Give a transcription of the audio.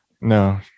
no